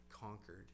conquered